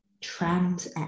Trans